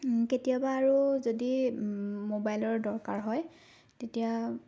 কেতিয়াবা আৰু যদি মোবাইলৰ দৰকাৰ হয় তেতিয়া